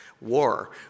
war